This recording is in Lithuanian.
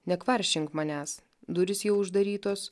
nekvaršink manęs durys jau uždarytos